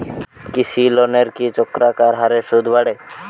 কৃষি লোনের কি চক্রাকার হারে সুদ বাড়ে?